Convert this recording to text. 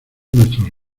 nuestros